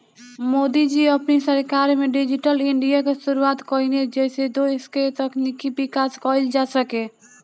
मोदी जी अपनी सरकार में डिजिटल इंडिया के शुरुआत कईने जेसे देस के तकनीकी विकास कईल जा सके